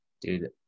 dude